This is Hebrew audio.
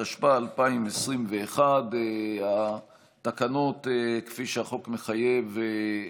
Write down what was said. התשפ"א 2021. כפי שהחוק מחייב,